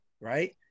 right